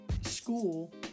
School